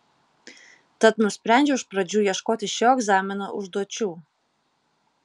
tad nusprendžiau iš pradžių ieškoti šio egzamino užduočių